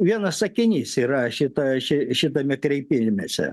vienas sakinys yra šitoj ši šitame kreipimesi